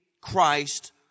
Christ